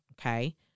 Okay